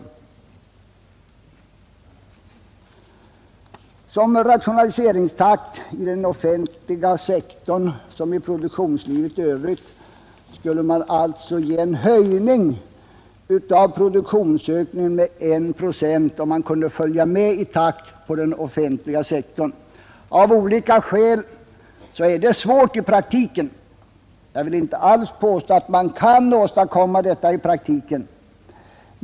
Kunde rationaliseringstakten i den offentliga verksamheten följa produktionslivets i övrigt skulle det alltså ge en produktionsökning med 1 procent. Av olika skäl är det svårt att i praktiken göra det; jag vill inte alls påstå att man kan åstadkomma den saken.